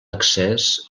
accés